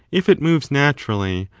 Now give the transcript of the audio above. if it moves naturally,